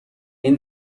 این